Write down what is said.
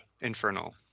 Infernal